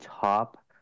top